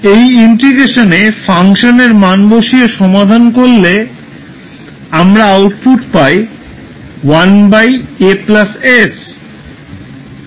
এই ইন্টিগ্রেশনে ফাংশনের মান বসিয়ে সমাধান করলে আমরা আউটপুট পাই 1 𝑎 s